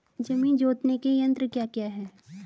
जमीन जोतने के यंत्र क्या क्या हैं?